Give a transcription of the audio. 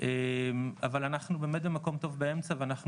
אבל אנחנו באמת במקום טוב באמצע ואנחנו